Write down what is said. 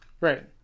Right